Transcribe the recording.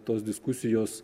tos diskusijos